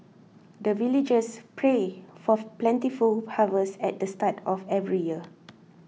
the villagers pray for plentiful harvest at the start of every year